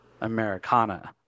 Americana